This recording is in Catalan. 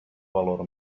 valor